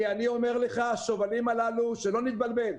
כי אני אומר לך, שלא נתבלבל,